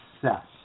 Success